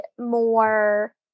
more